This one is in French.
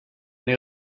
n’ai